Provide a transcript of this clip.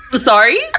sorry